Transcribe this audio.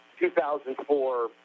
2004